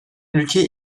ülkeye